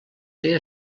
feia